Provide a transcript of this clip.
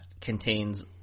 contains